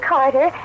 Carter